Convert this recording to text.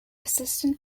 assistant